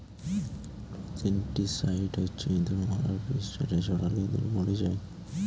rodenticide হচ্ছে ইঁদুর মারার বিষ যেটা ছড়ালে ইঁদুর মরে যায়